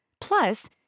Plus